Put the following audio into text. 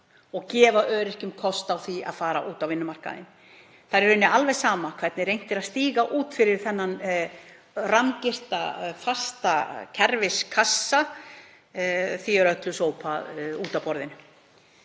og gefa öryrkjum kost á því að fara út á vinnumarkaðinn. Það er alveg sama hvernig reynt er að stíga út fyrir þennan rammgirta, fasta kerfiskassa, því er öllu sópað út af borðinu.